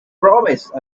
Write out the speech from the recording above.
promise